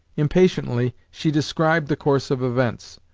impatiently, she described the course of events.